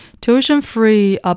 Tuition-free